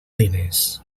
diners